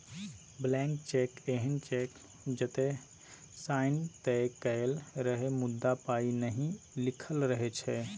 blank cheque एहन cheque जतय sign तए कएल रहय मुदा पाइ नहि लिखल रहै छै